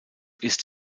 ist